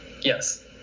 Yes